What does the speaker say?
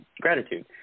gratitude